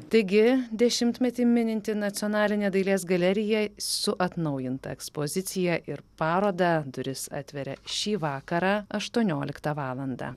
taigi dešimtmetį mininti nacionalinė dailės galerija su atnaujinta ekspozicija ir paroda duris atveria šį vakarą aštuonioliktą valandą